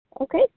Okay